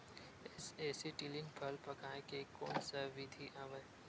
Acetylene फल पकाय के कोन सा विधि आवे?